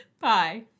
bye